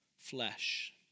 flesh